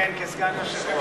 כן, כסגן יושב-ראש.